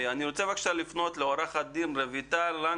בבקשה, לעורכת הדין רויטל לן